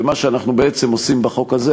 ומה שאנחנו בעצם עושים בחוק הזה,